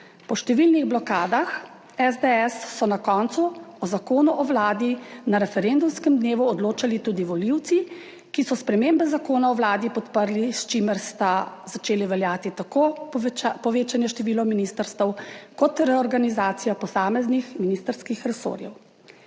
Po številnih blokadah SDS so na koncu o Zakonu o Vladi na referendumskem dnevu odločali tudi volivci, ki so spremembe zakona o vladi podprli, s čimer sta začeli veljati tako povečanje število ministrstev kot reorganizacija posameznih ministrskih resorjev.